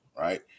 right